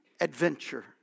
adventure